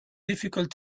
difficult